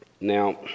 Now